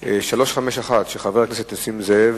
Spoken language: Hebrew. הבריאות ביום ג' בחשוון התש"ע (21 באוקטובר